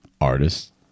Artist